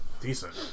decent